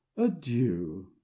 adieu